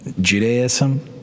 Judaism